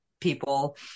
people